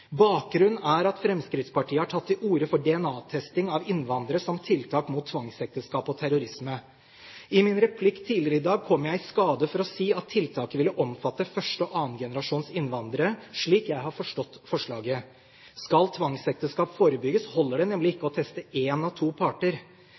Bakgrunnen er at Fremskrittspartiet har tatt til orde for DNA-testing av innvandrere som et tiltak mot tvangsekteskap og terrorisme. I min replikk tidligere i dag kom jeg i skade for å si at tiltaket ville omfatte første- og annengenerasjons innvandrere, slik jeg har forstått forslaget. Skal tvangsekteskap forebygges, holder det nemlig ikke